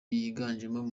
yiganjemo